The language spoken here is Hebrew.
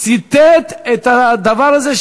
ציטט את הדבר הזה,